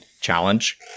challenge